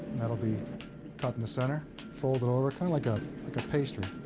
that'll be cut in the center, folded over, kind of like ah like a pastry.